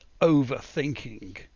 overthinking